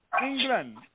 England